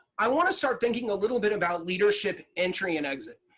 i want to start thinking a little bit about leadership entry and exit.